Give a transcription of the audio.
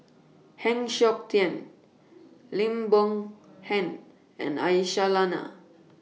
Heng Siok Tian Lim Boon Heng and Aisyah Lyana